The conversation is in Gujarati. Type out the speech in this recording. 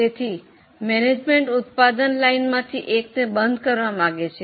તેથી વહીવટ ઉત્પાદન લાઇન માંથી એકને બંધ કરવા માંગે છે